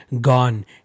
gone